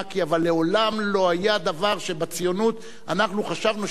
אבל מעולם לא היה דבר שבציונות אנחנו חשבנו שיותר